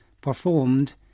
performed